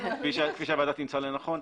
כפי שהוועדה תמצא לנכון,